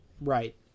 right